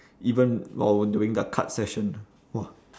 even while we're doing the card session !wah!